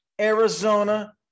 Arizona